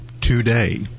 Today